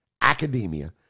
academia